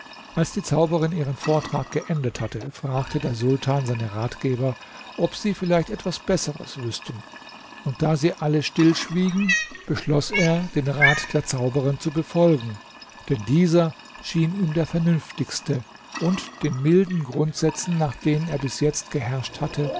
als die zauberin ihren vortrag geendet hatte fragte der sultan seine günstlinge ob sie vielleicht etwas besseres wüßten und da sie alle stillschwiegen beschloß er den rat der zauberin zu befolgen denn dieser schien ihm der vernünftigste und den milden grundsätzen nach denen er bis jetzt geherrscht hatte